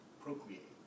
procreate